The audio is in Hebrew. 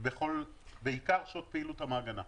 בעיקר שעות פעילות המעגנה.